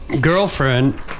girlfriend